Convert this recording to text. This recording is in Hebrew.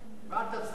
ואל תצדיק הריסה.